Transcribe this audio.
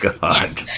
God